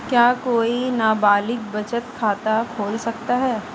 क्या कोई नाबालिग बचत खाता खोल सकता है?